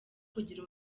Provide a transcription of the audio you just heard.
kugira